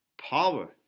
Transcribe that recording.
power